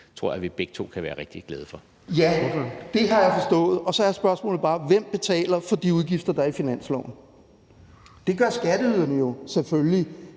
Ordføreren. Kl. 11:16 Søren Søndergaard (EL): Ja, det har jeg forstået, og så er spørgsmålet bare: Hvem betaler for de udgifter, der er på finansloven? Det gør skatteyderne jo selvfølgelig